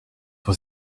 for